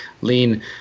lean